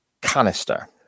canister